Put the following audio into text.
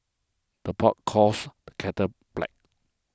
the pot calls the kettle black